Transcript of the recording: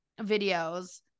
videos